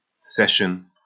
session